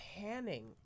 panning